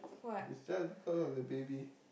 is just because of the baby